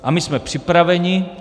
A my jsme připraveni.